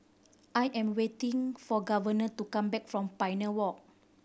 I am waiting for Governor to come back from Pioneer Walk